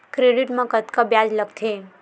Credit मा कतका ब्याज लगथे?